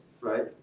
right